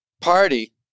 party